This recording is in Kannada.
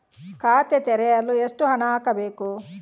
ಖಾತೆ ತೆರೆಯಲು ಎಷ್ಟು ಹಣ ಹಾಕಬೇಕು?